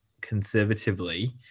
conservatively